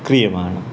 क्रियमाणम्